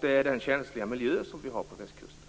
Det gäller den känsliga miljö som vi har på västkusten.